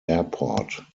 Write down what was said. airport